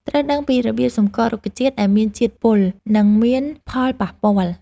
ត្រូវដឹងពីរបៀបសម្គាល់រុក្ខជាតិដែលមានជាតិពល់ នឹងមានផលប៉ះពាល់។